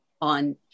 on